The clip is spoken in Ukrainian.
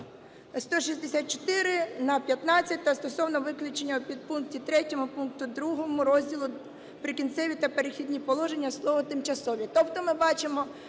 "164" на "15" та стосовно виключення у підпункті 3 пункту 2 розділу "Прикінцеві та перехідні положення" слово "тимчасові". Тобто ми бачимо